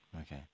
Okay